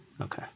Okay